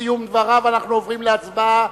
סיום דבריו אנחנו עוברים להצבעה,